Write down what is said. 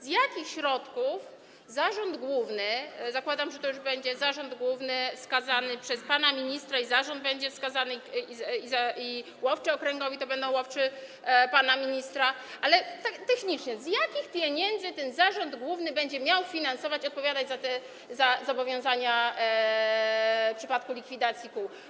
Z jakich środków zarząd główny - zakładam, że to już będzie zarząd główny wskazany przez pana ministra, i zarząd będzie wskazany, i łowczy okręgowi, więc to będą łowczy pana ministra - technicznie, z jakich pieniędzy ten zarząd główny będzie miał to finansować, odpowiadać za zobowiązania w przypadku likwidacji kół?